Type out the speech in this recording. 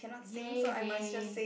ya ya